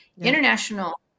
International